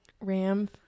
Ram